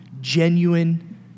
genuine